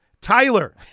Tyler